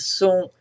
sont